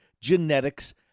genetics